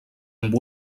amb